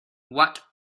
what